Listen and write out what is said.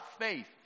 faith